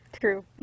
true